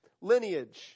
lineage